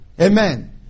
Amen